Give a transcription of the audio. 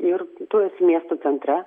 ir tu esi miesto centre